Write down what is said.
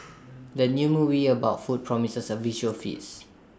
the new movie about food promises A visual feast